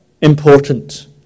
important